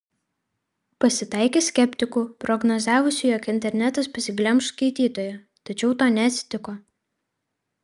pasitaikė skeptikų prognozavusių jog internetas pasiglemš skaitytoją tačiau to neatsitiko